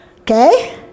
Okay